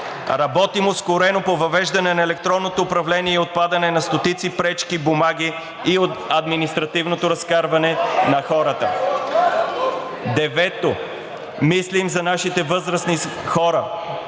работим ускорено по въвеждане на електронното управление и отпадане на стотици пречки, бумаги и от административното разкарване на хората. (Шум и реплики от ГЕРБ СДС.) Девето, мислим за нашите възрастни хора.